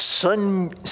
Sun